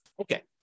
okay